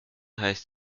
heißt